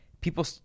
people